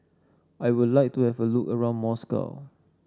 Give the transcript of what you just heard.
I would like to have a look around Moscow